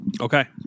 Okay